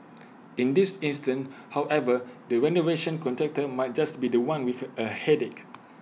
in this instance however the renovation contractor might just be The One with A headache